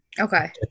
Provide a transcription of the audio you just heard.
okay